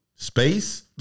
Space